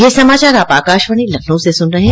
ब्रे क यह समाचार आप आकाशवाणी लखनऊ से सुन रहे हैं